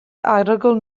arogl